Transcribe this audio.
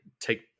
take